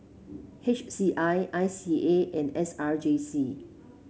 H C I I C A and S R J C